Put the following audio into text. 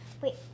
Wait